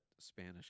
Spanish